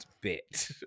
bit